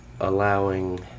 allowing